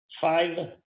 five